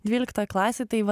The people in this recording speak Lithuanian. dvyliktoj klasėj tai va